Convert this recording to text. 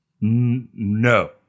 No